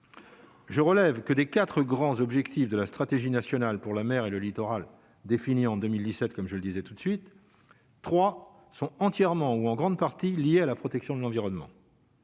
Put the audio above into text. Je relève que des 4 grands objectifs de la stratégie nationale pour la mer et le littoral définie en 2017, comme je le disais tout de suite 3 sont entièrement ou en grande partie lié à la protection de l'environnement.